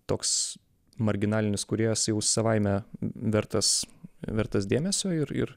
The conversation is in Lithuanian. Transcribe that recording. toks marginalinis kūrėjas jau savaime vertas vertas dėmesio ir ir